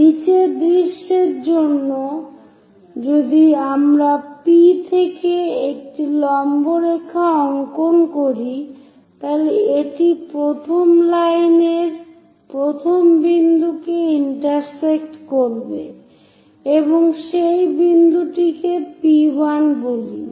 নীচের দৃশ্যের জন্যও যদি আমরা P থেকে একটি লম্ব রেখা অংকন করি তাহলে এটি প্রথম লাইনের প্রথম বিন্দুকে ইন্টারসেক্ট করবে এবং সেই বিন্দুটিকে P1 বলি